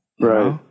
Right